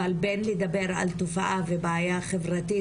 אבל בין לדבר על תופעה ובעיה חברתית,